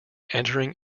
entering